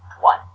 one